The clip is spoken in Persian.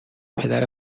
پدر